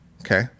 Okay